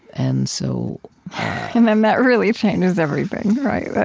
and so and then that really changes everything, right?